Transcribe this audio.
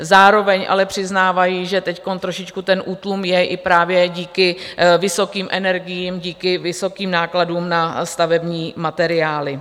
Zároveň ale přiznávají, že teď trošičku ten útlum je i právě díky vysokým energiím, díky vysokým nákladům na stavební materiály.